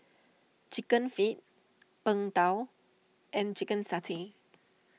Chicken Feet Png Tao and Chicken Satay